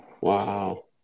Wow